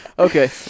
Okay